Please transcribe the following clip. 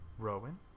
Rowan